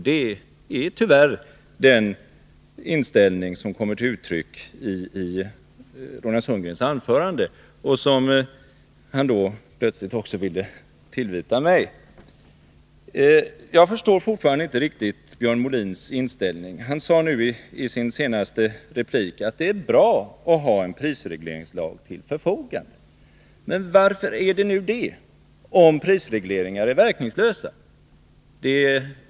Det är tyvärr den inställning som kommer till uttryck i Roland Sundgrens anförande, en inställning som han plötsligt ville tillvita också mig. Jag förstår fortfarande inte riktigt Björn Molins resonemang. I sin senaste replik sade han att det är bra att ha en prisregleringslagstiftning till förfogande. Varför är det bra, om prisregleringar är verkningslösa?